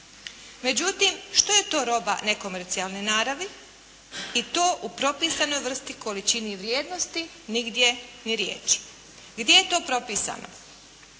Međutim, što je to roba nekomercijalne naravi i to u propisanoj vrsti, količini i vrijednosti nigdje ni riječi. Gdje je to propisano?